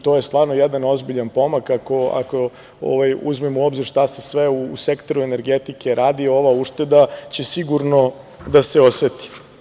To je stvarno jedan ozbiljan pomak ako uzmemo u obzir šta se sve u sektoru energetike radi, ova ušteda će sigurno da se oseti.